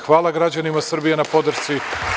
Hvala građanima Srbije na podršci.